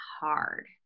hard